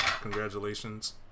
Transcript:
Congratulations